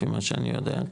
לפי מה שאני יודע,